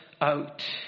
out